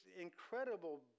incredible